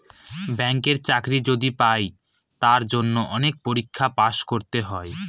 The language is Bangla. ব্যাঙ্কের চাকরি যদি পাই তার জন্য অনেক পরীক্ষায় পাস করতে হয়